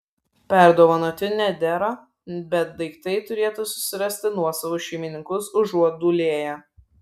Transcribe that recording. perdovanoti nedera bet daiktai turėtų susirasti nuosavus šeimininkus užuot dūlėję